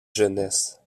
jeunesse